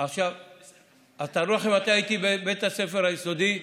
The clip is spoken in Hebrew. אז תארו לכם מתי הייתי בבית הספר היסודי.